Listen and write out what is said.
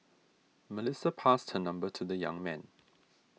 Melissa passed her number to the young man